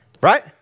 right